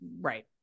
right